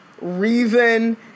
reason